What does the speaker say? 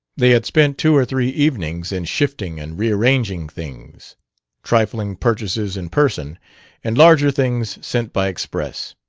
they had spent two or three evenings in shifting and rearranging things trifling purchases in person and larger things sent by express.